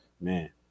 man